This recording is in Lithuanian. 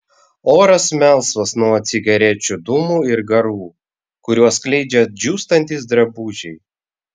oras melsvas nuo cigarečių dūmų ir garų kuriuos skleidžia džiūstantys drabužiai